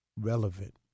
relevant